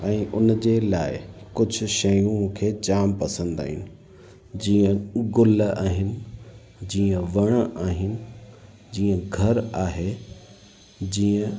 ऐं उन जे लाइ कुझु शयूं मूंखे जाम पसंदि आहियूं जीअं गुल आहिनि जीअं वण आहिनि जीअं घर आहे जीअं